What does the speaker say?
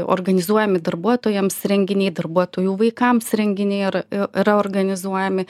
organizuojami darbuotojams renginiai darbuotojų vaikams renginiai ar yra organizuojami